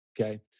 Okay